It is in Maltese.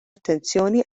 attenzjoni